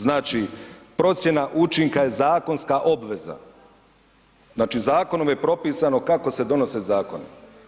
Znači procjena učinka je zakonska obveza, znači zakonom je propisano kako se donose zakoni.